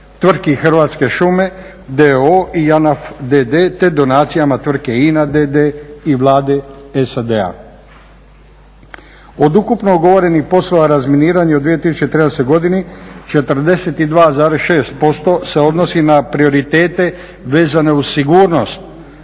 tvrtki Hrvatske šume d.o.o. i JANAF d.d. te donacijama tvrtke INA d.d. i Vlade SAD-a. Od ukupno dogovorenih poslova razminiranja u 2013.godini 42,6% se odnosi na prioritete vezane uz sigurnost,